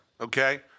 Okay